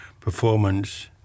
performance